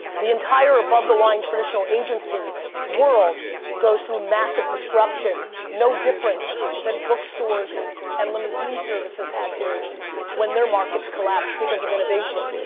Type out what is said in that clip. the entire above the line traditional agency world goes through massive disruption no different than bookstores and limousine services had to when their markets collapsed because of innovation.